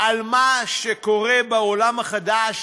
על מה שקורה בעולם החדש